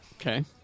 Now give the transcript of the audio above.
Okay